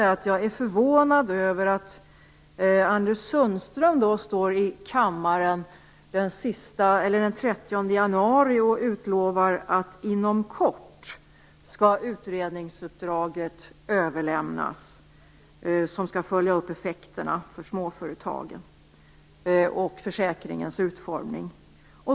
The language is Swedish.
Jag är förvånad över att Anders Sundström stod den 30 januari i kammaren och utlovade att ett utredningsuppdrag skulle överlämnas inom kort. Där skulle effekterna för småföretagen följas upp och även försäkringens utformning.